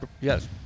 Yes